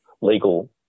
legal